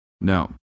No